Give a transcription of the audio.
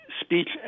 speech